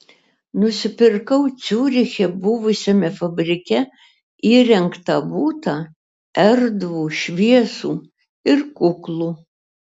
nusipirkau ciuriche buvusiame fabrike įrengtą butą erdvų šviesų ir kuklų